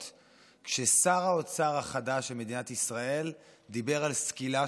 כששר האוצר החדש של מדינת ישראל דיבר על סקילה של הומואים.